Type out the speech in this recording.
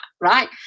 right